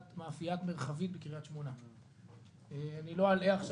ואני מדבר על סוגיית מאפיית מרחבית בקרית שמונה.